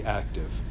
active